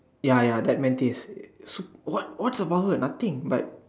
ya ya that Mantis sup~ what what's about her nothing but